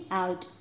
out